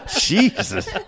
Jesus